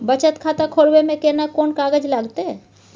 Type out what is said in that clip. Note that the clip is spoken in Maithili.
बचत खाता खोलबै में केना कोन कागज लागतै?